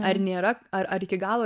ar nėra ar ar iki galo